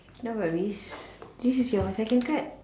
no worries this is your second card